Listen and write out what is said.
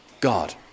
God